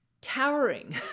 towering